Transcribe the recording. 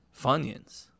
funyuns